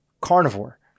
carnivore